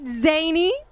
Zany